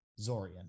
Zorian